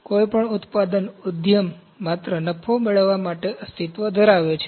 કોઈપણ ઉત્પાદન ઉદ્યમ માત્ર નફો મેળવવા માટે અસ્તિત્વ ધરાવે છે